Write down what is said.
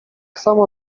samo